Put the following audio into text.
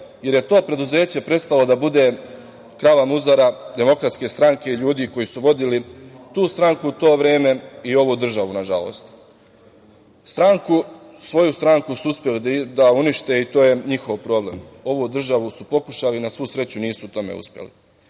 jer je to preduzeće prestalo da bude krava muzara DS, ljudi koji su vodili tu stranku u to vreme i ovu državu, nažalost? Svoju stranku su uspeli da unište i to je njihov problem. Ovu državu su pokušali. Na svu sreću, nisu u tome uspeli. Da